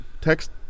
text